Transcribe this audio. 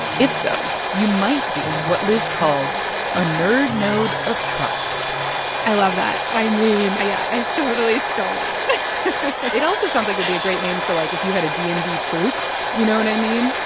if so, you might be what liz calls a nerd node of trust i love that i mean. yeah, i totally stole that it also sounds like it'd be a great name for, like, if you had a d and d troop you know what i mean?